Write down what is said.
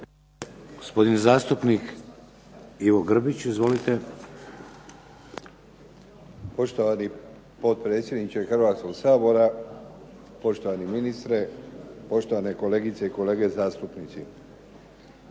Gospodin zastupnik Ivo Grbić. Izvolite. **Grbić, Ivo (HDZ)** Poštovani potpredsjedniče Hrvatskog sabora, poštovani ministre, poštovane kolegice i kolege zastupnici.